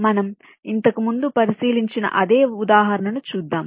మనం ఇంతకుముందు పరిశీలించిన అదే ఉదాహరణను చూద్దాం